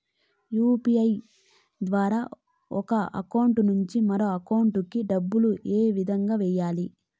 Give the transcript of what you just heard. UPI ద్వారా ఒక account నుంచి మరొక అకౌంట్ కి డబ్బులు ఏ విధంగా వెయ్యాలి